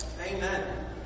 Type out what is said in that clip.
Amen